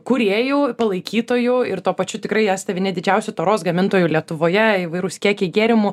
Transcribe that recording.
kūrėjų palaikytojų ir tuo pačiu tikrai esate vieni didžiausių taros gamintojų lietuvoje įvairūs kiekiai gėrimų